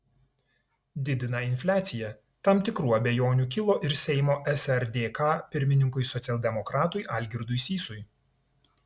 didina infliaciją tam tikrų abejonių kilo ir seimo srdk pirmininkui socialdemokratui algirdui sysui